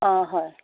অঁ হয়